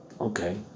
Okay